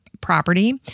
property